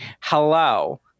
Hello